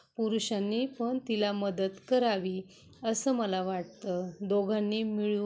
पुरुषांनी पण तिला मदत करावी असं मला वाटतं दोघांनी मिळून